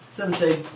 Seventeen